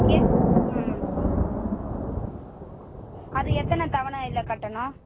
எ ம் அது எத்தனை தவணையில் கட்டணும்